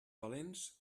valents